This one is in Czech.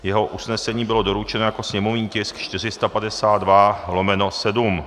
Jeho usnesení bylo doručeno jako sněmovní tisk 452/7.